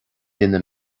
duine